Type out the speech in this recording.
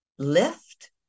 Lift